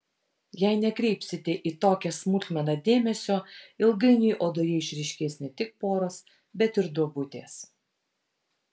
jei nekreipsite į tokią smulkmeną dėmesio ilgainiui odoje išryškės ne tik poros bet ir duobutės